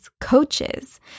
coaches